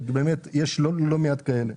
יש לא מעט כאלה.